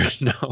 No